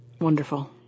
Wonderful